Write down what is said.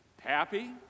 happy